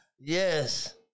Yes